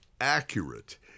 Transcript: accurate